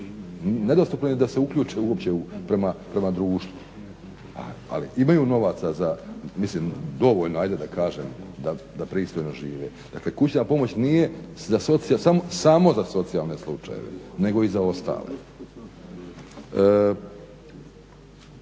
nedostupno im je da se uključe uopće prema društvu. Ali imaju novaca mislim dovoljno ajde da kažem da pristojno žive. Dakle, kućna pomoć nije samo za socijalne slučajeve nego i za ostale.